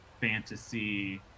fantasy